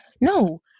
No